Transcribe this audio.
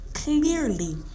Clearly